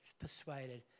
persuaded